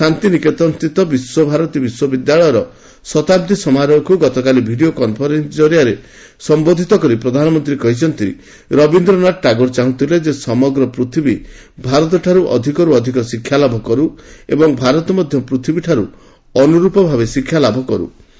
ଶାନ୍ତିନିକେତନସ୍ଥିତ ବିଶ୍ୱଭାରତୀ ବିଶ୍ୱବିଦ୍ୟାଳୟର ଶତାବ୍ଦୀ ସମାରୋହକୃ ଭିଡ଼ିଓ କନ୍ଫରେନ୍ସିଂ କରିଆରେ ସମ୍ବୋଧିତ କରି ପ୍ରଧାନମନ୍ତ୍ରୀ କହିଛନ୍ତି ରବିନ୍ଦ୍ରନାଥ ଟାଗୋର ଚାହୁଁଥିଲେ ଯେ ସମଗ୍ର ପୁଥିବୀ ଭାରତ ଠାର୍ଚ୍ଚ ଅଧିକର୍ତ ଅଧିକ ଶିକ୍ଷାଲାଭ କରୁ ଏବଂ ଭାରତ ମଧ୍ୟ ପ୍ରଥିବୀଠାରୁ ଅନୁର୍ପ ଭାବେ ଶିକ୍ଷାଲାଭ କର୍